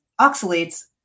oxalates